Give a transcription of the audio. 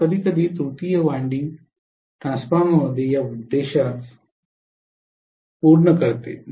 तर कधीकधी तृतीयक वायंडिंग ट्रान्सफॉर्मरमध्ये या उद्देशास पूर्ण करते